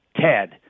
Ted